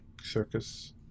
Circus